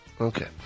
Okay